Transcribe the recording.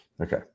Okay